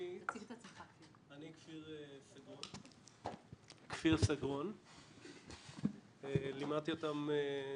אני כפיר סגרון, לימדתי אותם צילום,